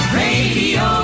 radio